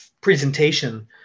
presentation